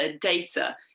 data